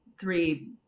three